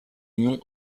union